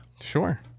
Sure